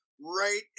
right